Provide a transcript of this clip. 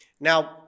Now